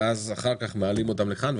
ואז אחר כך מעלים אותם לכאן,